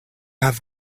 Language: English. have